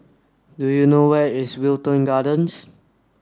do you know where is Wilton Gardens